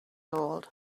old